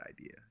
idea